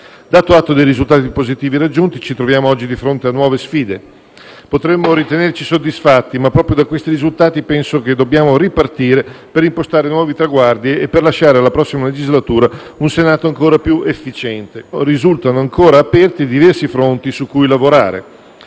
Dato atto dei risultati positivi raggiunti, ci troviamo oggi di fronte a nuove sfide. Potremmo ritenerci soddisfatti, ma proprio da questi risultati penso dobbiamo ripartire per impostare nuovi traguardi e lasciare alla prossima legislatura un Senato ancora più efficiente. La XVIII legislatura è agli inizi e occorre